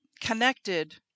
connected